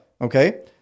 Okay